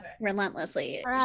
relentlessly